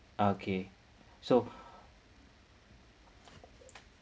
okay so